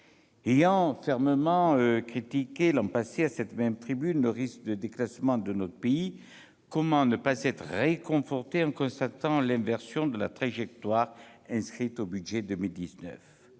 Ayant fermement critiqué l'an passé, à cette même tribune, le risque de déclassement de notre pays, comment ne pas être réconforté en constatant l'inversion de la trajectoire inscrite dans le